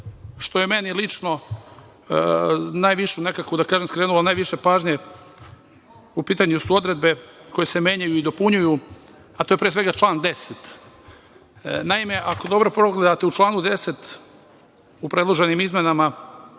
što je meni lično skrenulo najviše pažnje, u pitanju su odredbe koje se menjaju i dopunjuju, a to je pre svega član 10. Naime, ako dobro pogledate, u članu 10, u predloženim izmenama,